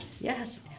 Yes